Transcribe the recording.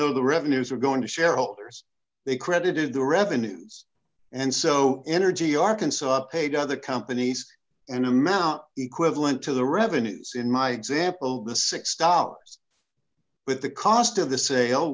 though the revenues are going to shareholders they credited the revenues and so energy arkansas paid other companies and him out equivalent to the revenues in my example the six dollars but the cost of the sale